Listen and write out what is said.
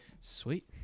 Sweet